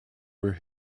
were